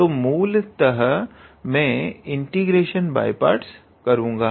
तो मूलतः मैं ईटीग्रेशन बाय पार्ट्स करूंगा